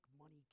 money